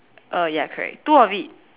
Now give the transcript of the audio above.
uh ya correct two of it